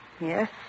Yes